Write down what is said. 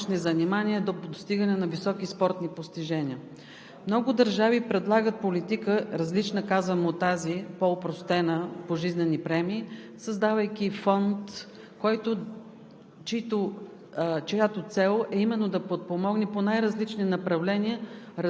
се ориентират към спорта и да продължат своите спортни тренировъчни занимания до достигане на високи спортни постижения. Много държави предлагат политика, различна от тази, по-опростена – пожизнени премии, създавайки фонд, чиято